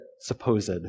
supposed